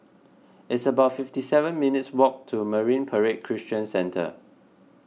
it's about fifty seven minutes' walk to Marine Parade Christian Centre